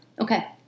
okay